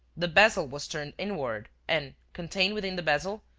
the bezel was turned inward and, contained within the bezel,